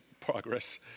progress